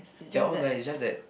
they are all nice it's just that